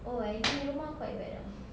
oh aini punya rumah quite bad ah